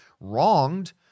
wronged